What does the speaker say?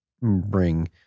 bring